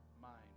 mind